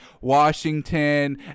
Washington